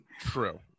True